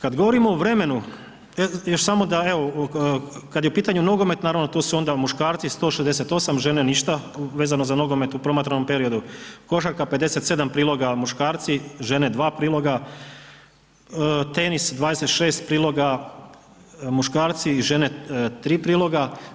Kad govorimo o vremenu, još samo da evo kad je u pitanju nogomet naravno tu su onda muškarci 168, žene ništa vezano za nogomet u promatranom periodu, košarka 57 priloga muškarci, žene 2 priloga, tenis 26 priloga muškarci i žene 3 priloga.